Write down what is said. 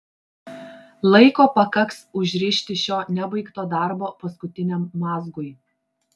laiko pakaks užrišti šio nebaigto darbo paskutiniam mazgui